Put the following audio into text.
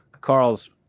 Carl's